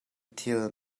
thil